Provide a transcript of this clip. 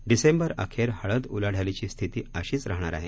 डिसेंबर अखेर हळद उलाढालीची स्थिती अशीच राहणार आहे